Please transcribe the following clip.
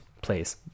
please